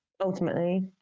ultimately